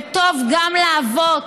זה טוב גם לאבות,